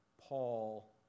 Paul